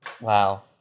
Wow